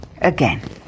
again